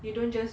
you don't just